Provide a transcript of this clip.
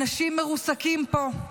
אנשים מרוסקים פה.